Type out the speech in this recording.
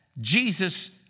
Jesus